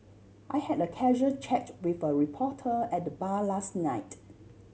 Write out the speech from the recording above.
I had a casual chat with a reporter at the bar last night